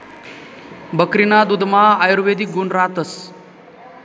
बकरीना दुधमा आयुर्वेदिक गुण रातस